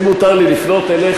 אם מותר לי לפנות אליך,